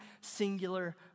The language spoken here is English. singular